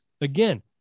again